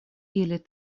ili